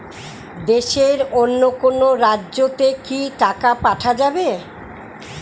দেশের অন্য কোনো রাজ্য তে কি টাকা পাঠা যাবে?